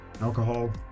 Alcohol